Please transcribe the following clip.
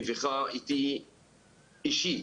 מביכה אותי אישית,